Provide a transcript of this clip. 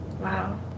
Wow